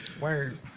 Word